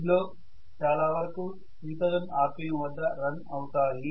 వీటిలో చాలా వరకు 3000 rpm వద్ద రన్ అవుతాయి